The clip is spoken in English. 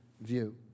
view